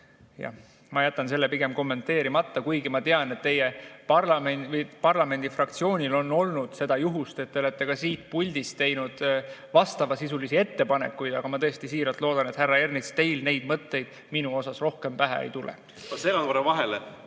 ma jätan selle kommenteerimata. Kuigi ma tean, et teie parlamendifraktsioonil on olnud seda juhust, et te olete ka siit puldist teinud vastavasisulisi ettepanekuid. Aga ma tõesti siiralt loodan, härra Ernits, et teil neid mõtteid minu suhtes rohkem pähe ei tule.